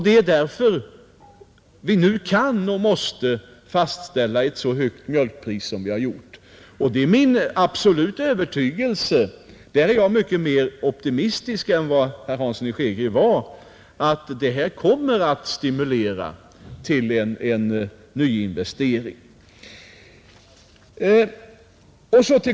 Det är därför vi nu skall och måste fastställa ett så högt mjölkpris som överenskommelsen innebär, Det är min absoluta övertygelse — där är jag mycket mer optimistisk än vad herr Hansson i Skegrie är — att detta kommer att stimulera till nyinvestering.